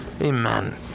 Amen